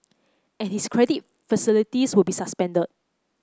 and his credit facilities will be suspended